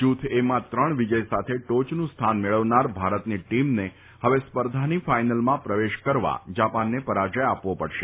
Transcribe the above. જૂથ એમાં ત્રણ વિજય સાથે ટોચનું સ્થાન મેળવનાર ભારતની ટીમને ફવે સ્પર્ધાની ફાઈનલમાં પ્રવેશ કરવા જાપાનને પરાજય આપવો પડશે